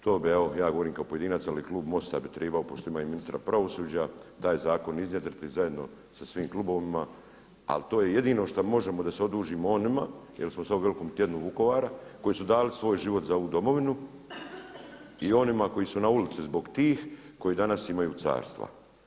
To ja govorim kao pojedinac, ali i klub MOST-a bi trebao pošto ima i ministra pravosuđa taj zakon iznjedriti zajedno sa svim klubovima ali to jedino što možemo da se odužimo onima, jer smo sad u velikom tjednu Vukovara, koji su dali svoj život za ovu domovinu i onima koji su na ulici zbog tih koji danas imaju carstva.